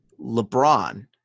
LeBron